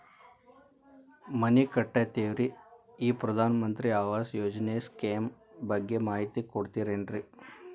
ಮನಿ ಕಟ್ಟಕತೇವಿ ರಿ ಈ ಪ್ರಧಾನ ಮಂತ್ರಿ ಆವಾಸ್ ಯೋಜನೆ ಸ್ಕೇಮ್ ಬಗ್ಗೆ ಮಾಹಿತಿ ಕೊಡ್ತೇರೆನ್ರಿ?